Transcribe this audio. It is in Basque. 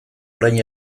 orain